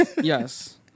Yes